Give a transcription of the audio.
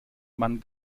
mann